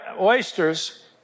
oysters